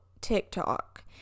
TikTok